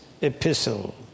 epistle